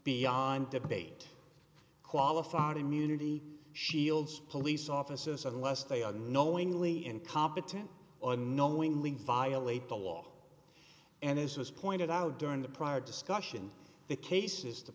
beyond debate qualified immunity shields police officers unless they are knowingly incompetent or knowingly violate the law and as was pointed out during the prior discussion the cases the